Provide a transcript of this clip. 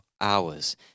hours